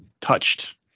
touched